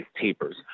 tapers